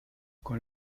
con